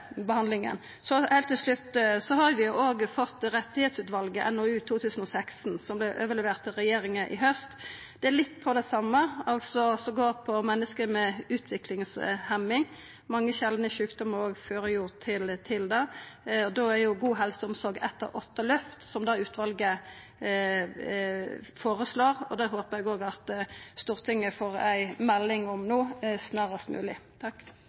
behandlinga. Heilt til slutt: Vi har òg fått rapporten frå Rettighetsutvalget NOU 2016:17, som vart overlevert regjeringa i haust. Han går litt på det same, menneske med utviklingshemjing, og mange sjeldne sjukdomar fører jo til det. Då er god helseomsorg eit av åtte løft som utvalet føreslår, og eg håper at Stortinget snarast mogleg får ei melding om